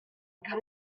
kann